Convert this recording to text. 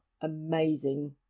amazing